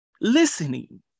Listening